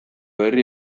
herri